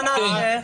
מה נעשה?